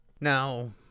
Now